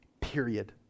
period